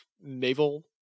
naval